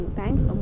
thanks